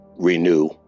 Renew